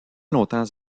longtemps